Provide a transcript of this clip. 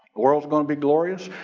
world's gonna be glorious,